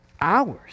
Hours